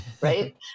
right